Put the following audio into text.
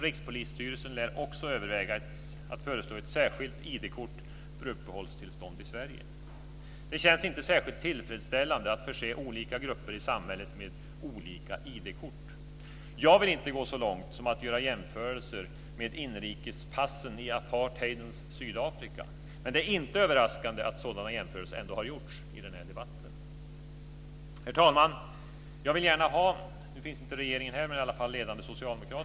Rikspolisstyrelsen lär också överväga att föreslå ett särskilt ID-kort för uppehållstillstånd i Sverige. Det känns inte särskilt tillfredsställande att förse olika grupper i samhället med olika ID-kort. Jag vill inte gå så långt som att göra jämförelser med inrikespassen i apartheidens Sydafrika, men det är inte överraskande att sådana jämförelser ändå har gjorts i denna debatt. Herr talman! Nu finns inte regeringen här, men det finns i alla fall ledande socialdemokrater.